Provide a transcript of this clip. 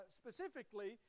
specifically